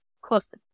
Close